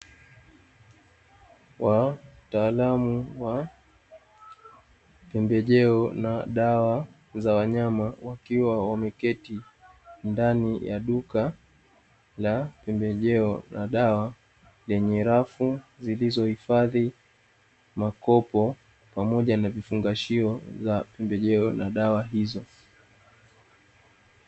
Wataalamu wa pembejeo na dawa za wanyama, wakiwa wameketi ndani ya duka la pembejeo ka dawa dawa lenye rafu zilizohifadhi makopo pamoja na vifungashio vya pembejeo na dawa hizo.